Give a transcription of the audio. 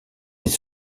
des